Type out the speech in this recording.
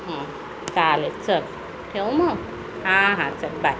चालेल चल ठेवू मग हां हां चल बाय